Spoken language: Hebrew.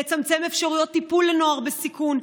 לצמצם אפשרויות טיפול לנוער בסיכון,